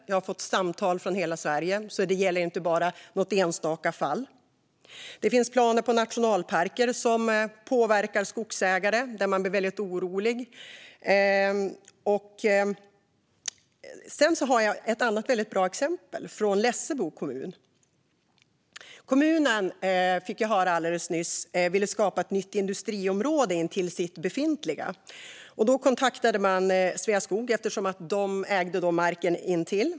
Jag har fått samtal från hela Sverige, så det gäller inte bara något enstaka fall. Det finns planer på nationalparker som påverkar skogsägare, som blir väldigt oroliga. Sedan har jag ett annat väldigt bra exempel från Lessebo kommun. Kommunen, fick jag höra alldeles nyss, ville skapa ett nytt industriområde intill sitt befintliga. Då kontaktade kommunen Sveaskog eftersom de ägde marken intill.